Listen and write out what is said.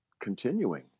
continuing